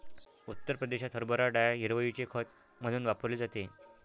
उत्तर प्रदेशात हरभरा डाळ हिरवळीचे खत म्हणून वापरली जाते